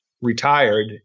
retired